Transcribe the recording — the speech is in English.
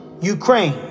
Ukraine